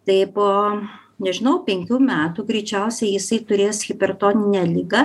tai po nežinau penkių metų greičiausiai jisai turės hipertoninę ligą